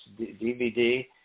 DVD